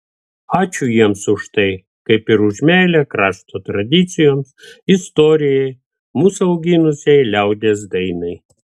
ačiū jiems už tai kaip ir už meilę krašto tradicijoms istorijai mus auginusiai liaudies dainai